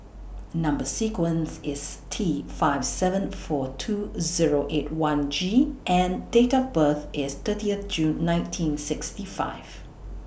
Number sequence IS T five seven four two Zero eight one G and Date of birth IS thirtieth June nineteen sixty five